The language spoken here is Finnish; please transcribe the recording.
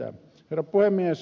herra puhemies